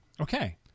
Okay